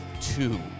two